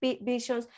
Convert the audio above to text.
visions